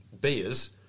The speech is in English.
beers